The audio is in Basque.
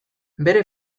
bere